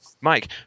Mike